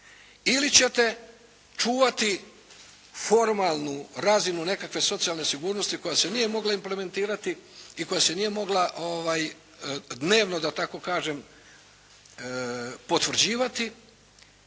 ili ćete čuvati formalnu razinu nekakve socijalne sigurnosti koja se nije mogla implementirati i koja se nije mogla dnevno, da